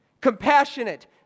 Compassionate